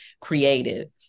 creative